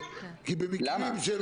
כי במקרים של